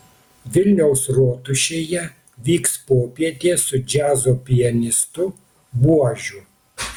vilniaus rotušėje vyks popietė su džiazo pianistu buožiu